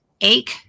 ache